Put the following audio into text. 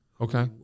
Okay